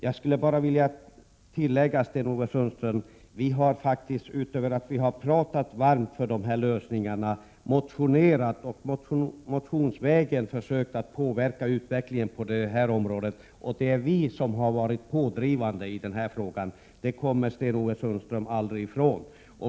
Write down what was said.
Då skulle jag bara vilja tillägga att vi faktiskt — utöver att vi har pratat varmt för de här lösningarna — har motionerat och motionsvägen försökt påverka utvecklingen inom det här området. Det är vi som har varit pådrivande i denna fråga. Det kommer Sten-Ove Sundström aldrig ifrån.